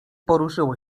poruszyło